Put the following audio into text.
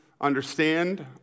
understand